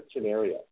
scenario